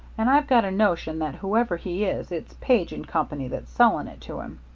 and i've got a notion that, whoever he is, it's page and company that's selling it to him.